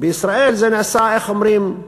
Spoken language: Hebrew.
בישראל זה נעשה, איך אומרים,